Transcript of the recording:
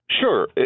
Sure